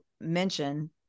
mention